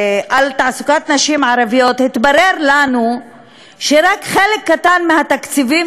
תעסוקת נשים ערביות התברר לנו שרק חלק קטן מהתקציבים